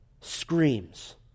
Screams